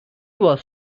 was